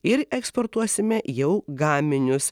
ir eksportuosime jau gaminius